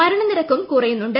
മരണനിരക്കും കുറയുന്നുണ്ട്